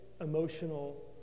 emotional